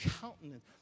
countenance